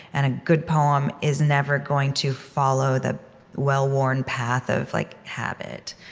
and a good poem is never going to follow the well-worn path of like habit.